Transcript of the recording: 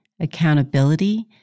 accountability